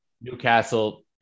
Newcastle